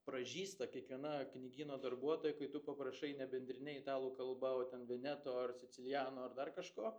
pražysta kiekviena knygyno darbuotoja kai tu paprašai ne bendrine italų kalba o ten veneto ar sicilijano ar dar kažko